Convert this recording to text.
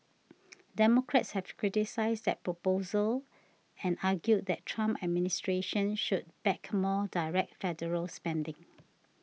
democrats have criticised that proposal and argued the Trump administration should back more direct federal spending